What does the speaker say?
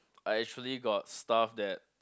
I actually got stuff that